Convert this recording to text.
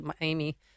Amy